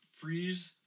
Freeze